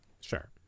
Sure